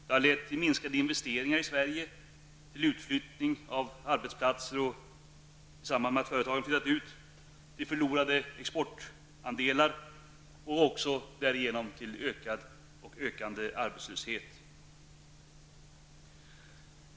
Det har lett till minskade investeringar i Sverige, utflyttning av arbetsplatser, förlorade exportandelar i samband med att företagen flyttat ut och därigenom till ökad och ökande arbetslöshet.